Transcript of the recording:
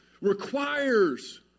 requires